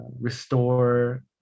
restore